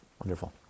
Wonderful